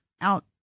out